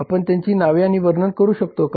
आपण त्यांची नावे आणि वर्णन करू शकतो का